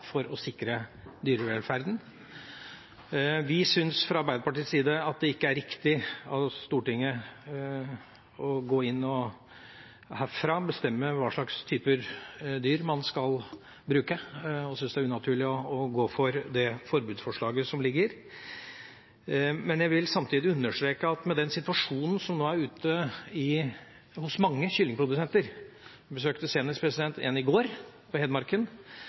for å sikre dyrevelferden. Vi syns fra Arbeiderpartiets side at det ikke er riktig av Stortinget å gå inn og bestemme hva slags typer dyr man skal bruke, og syns det er unaturlig å gå inn for det forbudsforslaget som ligger i saken. Samtidig vil jeg understreke at den situasjonen som nå er ute hos mange kyllingprodusenter – jeg besøkte senest en i går på Hedmarken